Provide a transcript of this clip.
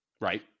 Right